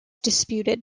disputed